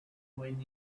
when